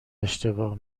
اشتباه